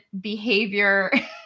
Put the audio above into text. behavior